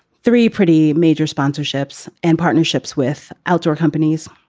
three pretty major sponsorships and partnerships with outdoor companies